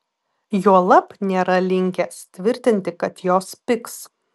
juolab nėra linkęs tvirtinti kad jos pigs